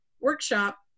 workshop